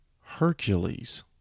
Hercules